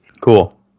Cool